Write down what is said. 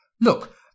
Look